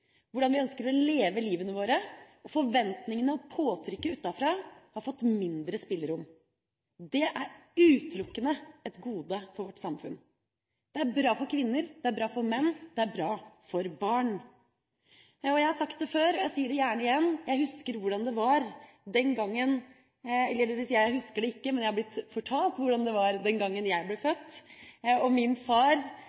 leve livene våre, og forventningene og påtrykket utenfra har fått mindre spillerom. Det er utelukkende et gode for vårt samfunn. Det er bra for kvinner, det er bra for menn og det er bra for barn. Jeg har sagt det før, og jeg sier det gjerne igjen: Jeg husker hvordan det var – eller det vil si, jeg husker det ikke, men jeg er blitt fortalt hvordan det var – den gangen jeg ble